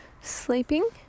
sleeping